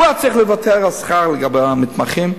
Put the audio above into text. הוא היה צריך לוותר על שכר לגבי המתמחים.